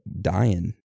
dying